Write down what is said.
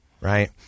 right